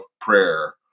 prayer